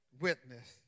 witness